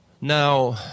Now